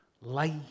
life